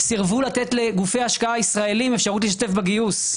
סירבו לתת לגופי השקעה ישראליים אפשרות להשתתף בגיוס,